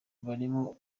barimo